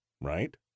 right